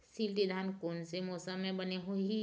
शिल्टी धान कोन से मौसम मे बने होही?